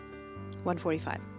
145